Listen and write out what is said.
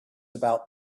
about